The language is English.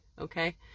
Okay